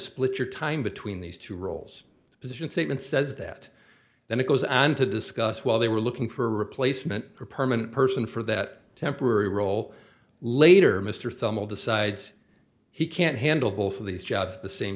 split your time between these two roles the position statement says that then it goes on to discuss while they were looking for a replacement or a permanent person for that temporary role later mr thumble decides he can't handle both of these jobs at the same